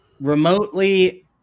remotely